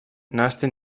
nahasten